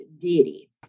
deity